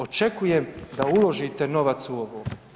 Očekujem da uložite novac u ovo.